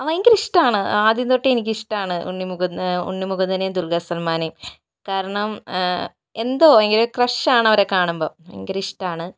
ഭയങ്കര ഇഷ്ടമാണ് ആദ്യം തൊട്ടേ എനിക്കിഷ്ടമാണ് ഉണ്ണി മുകുന്ദൻ ഉണ്ണി മുകുന്ദനേയും ദുല്ഖര് സല്മാനേയും കാരണം എന്തോ ഭയങ്കര ക്രഷ് ആണ് അവരെ കാണുമ്പോൾ ഭയങ്കര ഇഷ്ടമാണ്